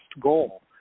goal